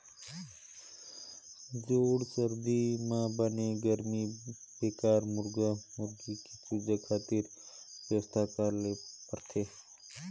जूड़ सरदी म बने गरमी देबर मुरगा मुरगी के चूजा खातिर बेवस्था करे ल परथे